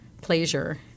pleasure